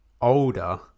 older